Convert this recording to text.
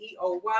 EOY